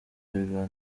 biganiro